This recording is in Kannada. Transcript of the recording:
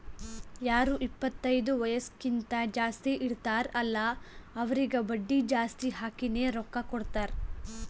ಯಾರು ಇಪ್ಪತೈದು ವಯಸ್ಸ್ಕಿಂತಾ ಜಾಸ್ತಿ ಇರ್ತಾರ್ ಅಲ್ಲಾ ಅವ್ರಿಗ ಬಡ್ಡಿ ಜಾಸ್ತಿ ಹಾಕಿನೇ ರೊಕ್ಕಾ ಕೊಡ್ತಾರ್